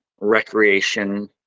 recreation